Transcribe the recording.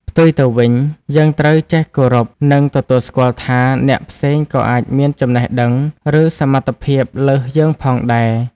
ផ្ទុយទៅវិញ យើងត្រូវចេះគោរព និងទទួលស្គាល់ថា អ្នកផ្សេងក៏អាចមានចំណេះដឹង ឬសមត្ថភាពលើសយើងផងដែរ។